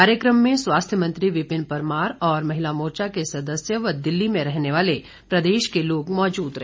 कार्यक्रम में स्वास्थ्य मंत्री विपिन परमार और महिला मोर्चा के सदस्य व दिल्ली में रहने वाले प्रदेश के लोग मौजूद रहे